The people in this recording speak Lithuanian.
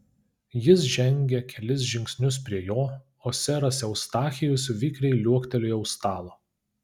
jis žengė kelis žingsnius prie jo o seras eustachijus vikriai liuoktelėjo už stalo